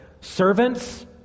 servants